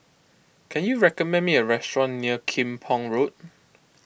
can you recommend me a restaurant near Kim Pong Road